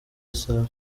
isaha